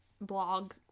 blog